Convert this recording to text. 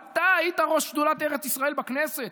אתה היית ראש שדולת ארץ ישראל בכנסת,